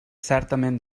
certament